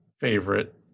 favorite